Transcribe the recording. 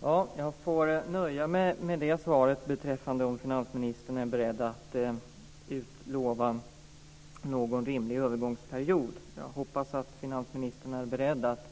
Fru talman! Jag får nöja mig med det svaret beträffande om finansministern är beredd att utlova någon rimlig övergångsperiod. Jag hoppas att finansministern är beredd att